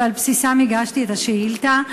ועל בסיסם הגשתי את השאילתה,